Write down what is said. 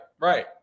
right